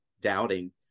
doubting